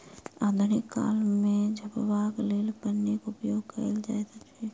आधुनिक काल मे झपबाक लेल पन्नीक उपयोग कयल जाइत अछि